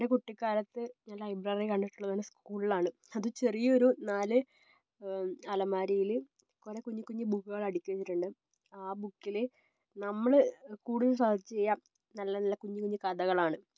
എൻ്റെ കുട്ടിക്കാലത്ത് ഞാൻ ലൈബ്രറി കണ്ടിട്ടുള്ളത് തന്നെ സ്കൂളിലാണ് അതു ചെറിയൊരു നാല് അലമാരിയിൽ കുറേ കുഞ്ഞി കുഞ്ഞി ബുക്കുകൾ അടുക്കി വച്ചിട്ടുണ്ട് ആ ബുക്കിൽ നമ്മൾ കൂടുതൽ സെർച്ച് ചെയ്യുക നല്ല നല്ല കുഞ്ഞു കുഞ്ഞു കഥകളാണ്